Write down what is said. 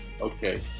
okay